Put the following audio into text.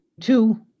two